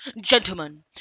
gentlemen